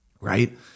right